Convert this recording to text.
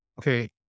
Okay